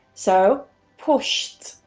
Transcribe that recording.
so pushed,